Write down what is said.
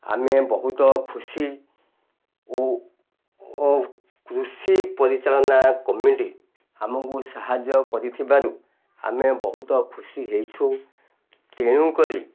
ଆମେ ବହୁତ ଖୁସି ଓ ଓ କୃଷି ପରିଚାଳନା କମିଟି ଆମକୁ ସାହାଯ୍ୟ କରିଥିବାରୁ ଆମେ ବହୁତ ଖୁସି ହେଇଛୁ ତେଣୁକରି